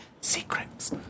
Secrets